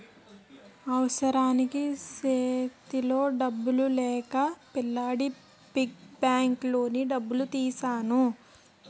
అవసరానికి సేతిలో డబ్బులు లేక పిల్లాడి పిగ్గీ బ్యాంకులోని డబ్బులు తీసెను